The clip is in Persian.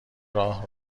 راه